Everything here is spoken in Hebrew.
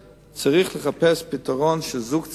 צריך לחפש פתרון כדי שזוג צעיר,